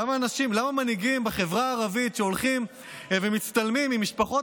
למה מנהיגים בחברה הערבית שהולכים ומצטלמים עם משפחות